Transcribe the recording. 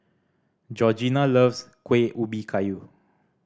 Georgina loves Kueh Ubi Kayu